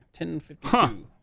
10.52